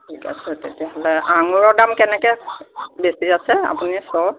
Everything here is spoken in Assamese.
ঠিক আছে তেতিয়া হ'লে আঙুৰৰ দাম কেনেকৈ বেচি আছে আপুনি চাওক